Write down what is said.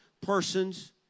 persons